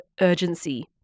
urgency